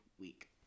week